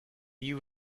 you